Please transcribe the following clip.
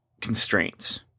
constraints